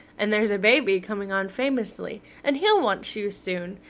and there's baby coming on famously, and he'll want shoes soon.